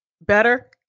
Better